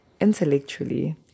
Intellectually